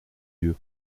lieu